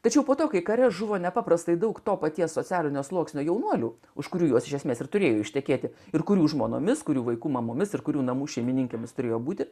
tačiau po to kai kare žuvo nepaprastai daug to paties socialinio sluoksnio jaunuolių užkuriu juos iš esmės ir turėjo ištekėti ir kurių žmonomis kurių vaikų mamomis ir kurių namų šeimininkėmis turėjo būti